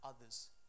others